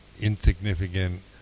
insignificant